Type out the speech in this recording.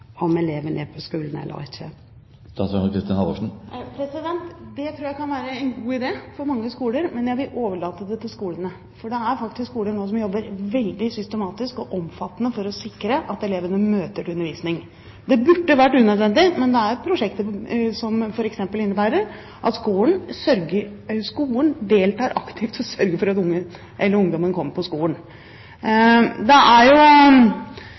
om eleven er på skolen eller ikke? Det tror jeg kan være en god idé for mange skoler, men jeg vil overlate det til skolene. Det er faktisk skoler som nå jobber veldig systematisk og omfattende for å sikre at elevene møter til undervisning. Det burde vært unødvendig, men det er prosjekter som f.eks. innebærer at skolen deltar aktivt og sørger for at ungdommen kommer på skolen. Det er jo,